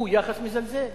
הוא יחס מזלזל.